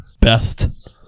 best